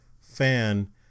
fan